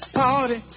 party